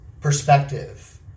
perspective